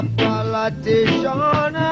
politician